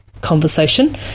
conversation